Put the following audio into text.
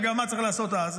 אגב, מה צריך לעשות אז?